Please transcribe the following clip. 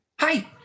Hi